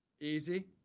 Easy